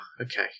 okay